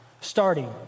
starting